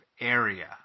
area